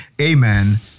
amen